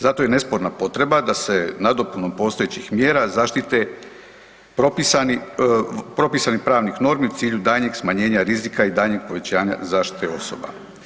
Zato je nesporna potreba da se nadopunom postojećih mjera zaštite propisani pravnih normi u cilju daljnjeg smanjenja rizika i daljnjeg povećanja zaštite osoba.